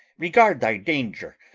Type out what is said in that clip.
regard thy danger,